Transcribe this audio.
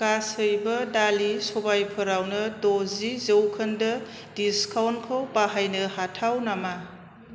गासैबो दालि सबायफोरावनो द'जि जौखोन्दो डिसकाउन्टखौ बाहायनो हाथाव नामा